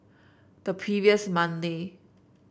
the previous Monday